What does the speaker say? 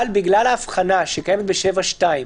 נכון, אבל בגלל ההבחנה שקיימת ב-7(2)